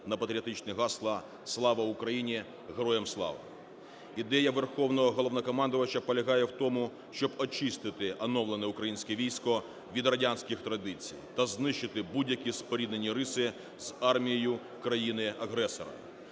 на патріотичне гасло: "Слава Україні", "Героям слава". Ідея Головного Головнокомандувача полягає в тому, щоб очистити оновлене українське військо від радянських традицій та знищити будь-які споріднені риси з армією країни-агресора.